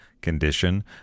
condition